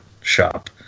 shop